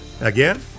Again